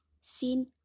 seen